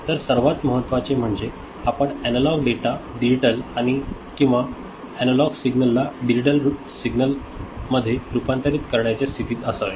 तर सर्वात महत्त्वाचे म्हणजे आपण एनालॉग डेटा डिजिटल किंवा एनालॉग सिग्नलला डिजिटल सिग्नलमध्ये रूपांतरित करण्याच्या स्थितीत असावे